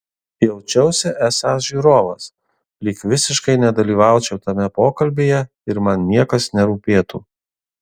jaučiausi esąs žiūrovas lyg visiškai nedalyvaučiau tame pokalbyje ir man niekas nerūpėtų